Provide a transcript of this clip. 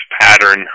pattern